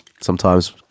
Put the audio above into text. sometimes-